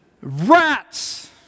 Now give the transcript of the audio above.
Rats